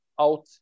out